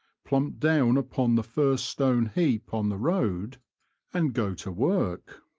plump down upon the first stone heap on the road and go to work.